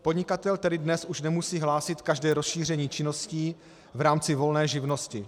Podnikatel tedy dnes už nemusí hlásit každé rozšíření činností v rámci volné živnosti.